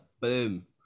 boom